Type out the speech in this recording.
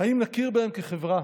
האם נכיר בהם כחברה